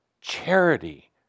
charity